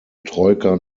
troika